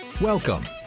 Welcome